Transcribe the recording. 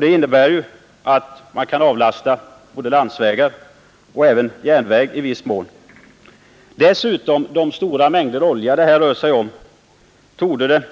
Det innebär ju att man kan avlasta landsvägar och i viss mån även järnvägar.